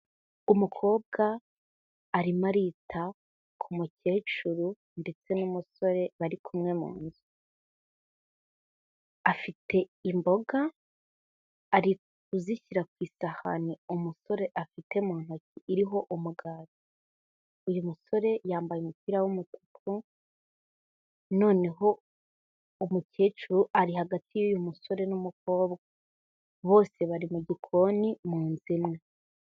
Umukobwa arimo arita ku mukecuru ndetse n'umusore bari kumwe mu nzu, afite imboga, ari kuzishyira ku isahani umusore afite mu ntoki iriho umugati, uyu musore yambaye umupira w'umutuku, noneho umukecuru ari hagati y'uyu musore n'umukobwa, bose bari mu gikoni mu nzu imwe.